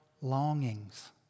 longings